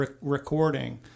recording